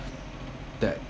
that